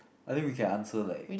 I mean we can answer like